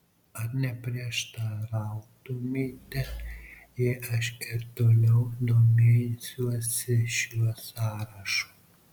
ar neprieštarautumėte jei aš ir toliau domėsiuosi šiuo sąrašu